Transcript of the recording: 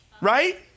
Right